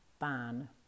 ban